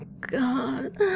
God